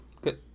good